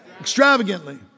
Extravagantly